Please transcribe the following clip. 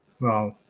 wow